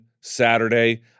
Saturday